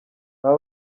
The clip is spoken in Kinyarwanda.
aba